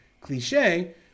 cliche